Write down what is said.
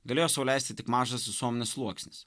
galėjo sau leisti tik mažas visuomenės sluoksnis